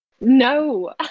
No